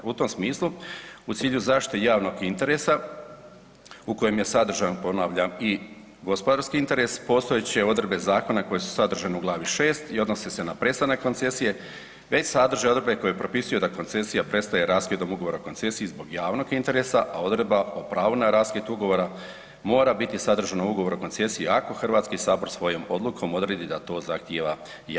U tom smislu, u cilju zaštite javnog interesa u kojem je sadržan, ponavljam i gospodarski interes, postojeće odredbe zakona koje su sadržane u glavi VI. i odnose se na prestanak koncesije, već sadrže odredbe koje propisuju da koncesija prestaje raskidom ugovora o koncesiji zbog javnog interesa, a odredba o pravu na raskid ugovora mora biti sadržana u ugovoru o koncesiji ako HS svojom odlukom odreda da to zahtjeva javni interes.